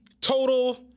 Total